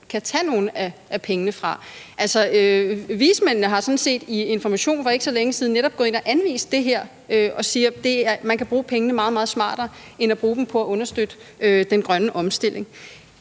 kan tage nogle af pengene fra. Altså, vismændene er sådan set i Information for ikke så længe siden netop gået ind og har anvist det her, altså har sagt, at man kan bruge pengene meget, meget smartere end at bruge dem på at understøtte den grønne omstilling.